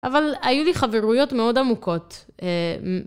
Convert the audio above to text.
אבל היו לי חברויות מאוד עמוקות.